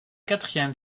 quatrième